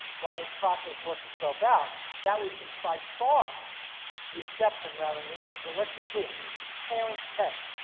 while this process works itself out that would be by far the exception rather than the rule so let's be clear parents pay.